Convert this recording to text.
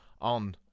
on